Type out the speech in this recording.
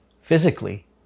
physically